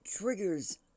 triggers